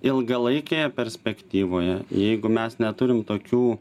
ilgalaikėje perspektyvoje jeigu mes neturim tokių